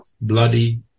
bloody